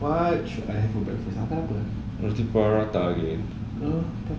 what should I have for breakfast nak makan apa eh no prata